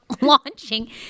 launching